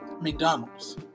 McDonald's